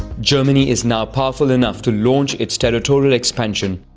germany is now powerful enough to launch its territorial expansion.